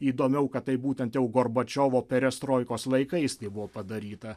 įdomiau kad tai būtent jau gorbačiovo perestroikos laikais tai buvo padaryta